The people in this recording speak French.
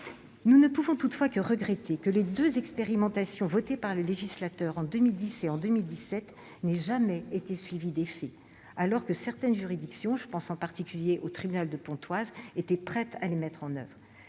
Nous ne pouvons toutefois que regretter que les deux expérimentations votées par le législateur, en 2010 et en 2017, n'aient jamais été suivies d'effet, alors que certaines juridictions- je pense en particulier au tribunal de Pontoise -étaient prêtes à les mettre en oeuvre.